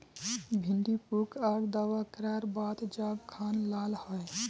भिन्डी पुक आर दावा करार बात गाज खान लाल होए?